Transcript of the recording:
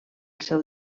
seu